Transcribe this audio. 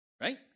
Right